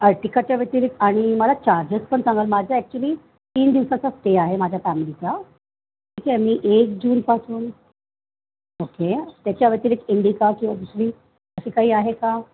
अ टिकटच्या व्यतिरिक्त आणि मला चार्जेस पण सांगाल माझ्या ॲक्च्युली तीन दिवसाचा स्टे आहे माझ्या फॅमिलीचा ठीक आहे मी एक जूनपासून ओके त्याच्याव्यतिरिक्त इंडिका किंवा दुसरी अशी काही आहे का